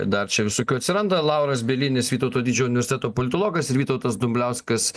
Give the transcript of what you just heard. dar čia visokių atsiranda lauras bielinis vytauto didžiojo universiteto politologas ir vytautas dumbliauskas